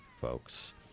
folks